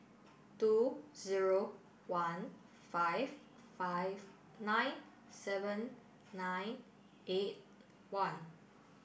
two zero one five five nine seven nine eight one